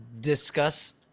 Discuss